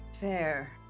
fair